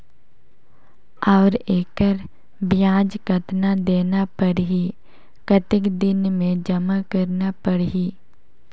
और एकर ब्याज कतना देना परही कतेक दिन मे जमा करना परही??